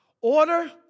order